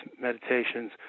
meditations